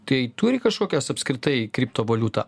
tai turi kažkokias apskritai kriptovaliuta